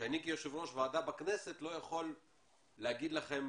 שאני כיושב-ראש ועדה בכנסת לא יכול להגיד לכם,